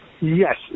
Yes